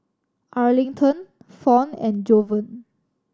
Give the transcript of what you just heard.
Arlington Fawn and Jovan